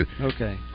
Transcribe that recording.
Okay